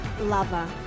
lover